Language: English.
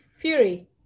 Fury